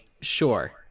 sure